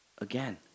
again